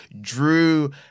Drew